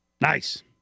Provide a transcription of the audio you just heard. Nice